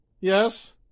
Yes